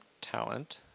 talent